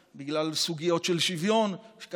בגלל סוגיות של שוויון לא יכולנו לקדם מכרז